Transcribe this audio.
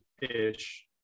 ish